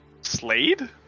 Slade